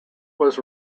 was